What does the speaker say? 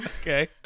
Okay